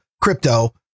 crypto